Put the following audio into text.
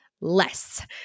less